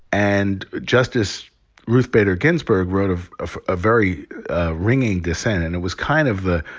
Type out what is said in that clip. and justice ruth bader ginsburg wrote of of a very ringing dissent. and it was kind of the,